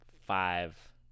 five